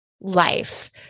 Life